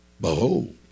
behold